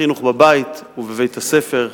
חינוך בבית ובבית-הספר,